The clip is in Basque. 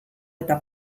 eta